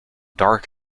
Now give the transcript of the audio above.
dark